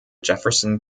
jefferson